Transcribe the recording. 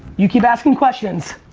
you keep asking questions,